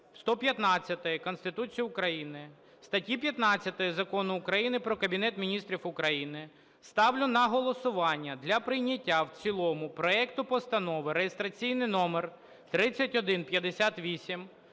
115 Конституції України, статті 15 Закону України "Про Кабінет Міністрів України" ставлю на голосування для прийняття в цілому проекту Постанови (реєстраційний номер 3158)